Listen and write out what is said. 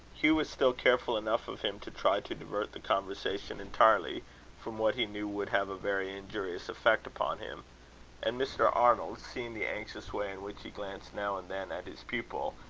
hugh was still careful enough of him to try to divert the conversation entirely from what he knew would have a very injurious effect upon him and mr. arnold, seeing the anxious way in which he glanced now and then at his pupil,